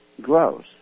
grows